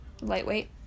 Lightweight